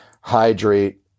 hydrate